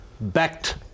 backed